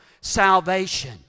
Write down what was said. Salvation